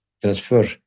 transfer